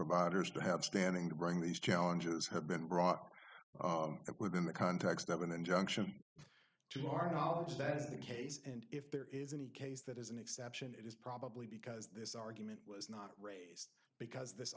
providers don't have standing to bring these challenges have been brought up within the context of an injunction to our knowledge that is the case and if there is any case that is an exception it is probably because this argument was because this